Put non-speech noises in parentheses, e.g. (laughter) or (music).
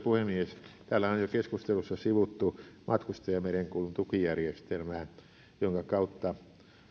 (unintelligible) puhemies täällä on keskustelussa jo sivuttu matkustajamerenkulun tukijärjestelmää jonka kautta